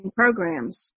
programs